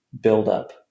buildup